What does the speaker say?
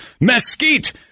mesquite